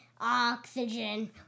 oxygen